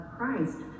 Christ